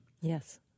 Yes